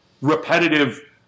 repetitive